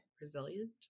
resilient